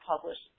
published